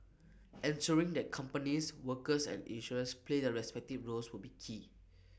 ensuring that companies workers and insurers play their respective roles will be key